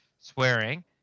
swearing